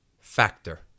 factor